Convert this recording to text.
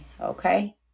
okay